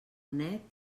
net